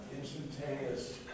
Instantaneous